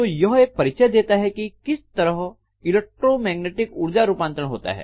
तो यह एक परिचय देता है कि किस तरह इलेक्ट्रोमैग्नेटिक ऊर्जा रूपांतर होता है